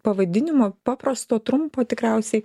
pavadinimo paprasto trumpo tikriausiai